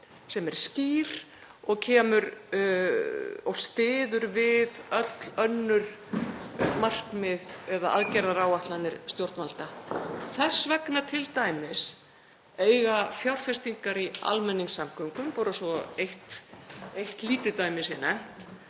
kemur og styður við öll önnur markmið eða aðgerðaáætlanir stjórnvalda. Þess vegna t.d. eiga fjárfestingar í almenningssamgöngum, bara svo eitt lítið dæmi sé